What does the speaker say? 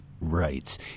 rights